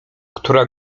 która